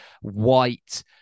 white